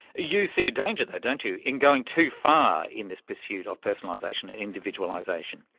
you see a danger though, don't you, in going too far in this pursuit of personalisation and individualisation.